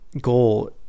goal